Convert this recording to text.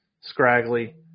scraggly